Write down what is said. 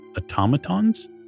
automatons